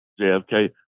JFK